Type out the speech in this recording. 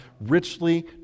richly